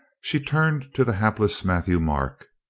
she turned to the hapless matthieu-marc.